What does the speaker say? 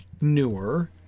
newer